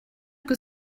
que